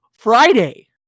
friday